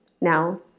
Now